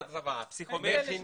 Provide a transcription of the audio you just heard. פסיכומטרי.